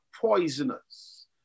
poisonous